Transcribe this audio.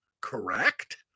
Correct